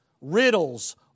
riddles